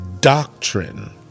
doctrine